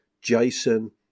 Jason